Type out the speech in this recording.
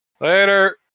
Later